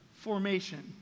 formation